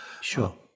Sure